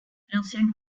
l’ancien